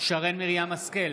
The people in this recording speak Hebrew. שרן מרים השכל,